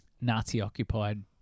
Nazi-occupied